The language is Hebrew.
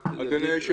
אדוני היושב ראש,